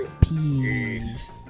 Peace